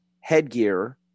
headgear